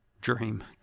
dream